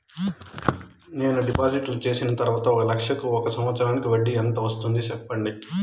నేను డిపాజిట్లు చేసిన తర్వాత ఒక లక్ష కు ఒక సంవత్సరానికి వడ్డీ ఎంత వస్తుంది? సెప్పండి?